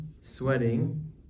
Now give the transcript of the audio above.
sweating